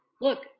look